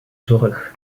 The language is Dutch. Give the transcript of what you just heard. zorg